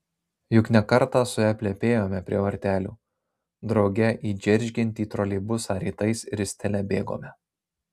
juk ne kartą su ja plepėjome prie vartelių drauge į džeržgiantį troleibusą rytais ristele bėgome